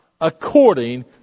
according